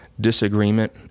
disagreement